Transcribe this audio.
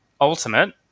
Ultimate